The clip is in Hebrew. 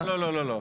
לא, לא, לא.